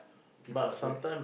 people had to wait